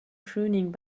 pruning